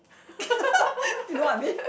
you know what I mean